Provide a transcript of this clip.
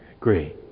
agree